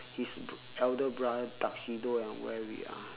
his elder brother tuxedo and wear it ah